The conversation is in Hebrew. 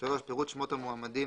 פירוט שמות המועמדים,